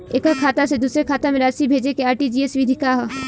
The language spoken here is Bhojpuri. एकह खाता से दूसर खाता में राशि भेजेके आर.टी.जी.एस विधि का ह?